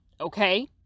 Okay